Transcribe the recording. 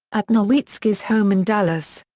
at nowitzki's home in dallas.